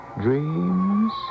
dreams